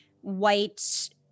white